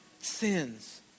sins